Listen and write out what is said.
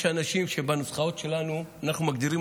יש אנשים שבנוסחאות שלנו אנחנו מגדירים